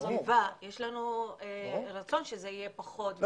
להגנת הסביבה יש לנו רצון שזה יהיה פחות.